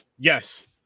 Yes